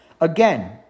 again